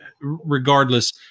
Regardless